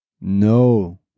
no